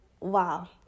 wow